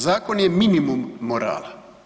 Zakon je minimum morala.